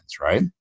right